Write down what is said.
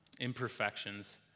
imperfections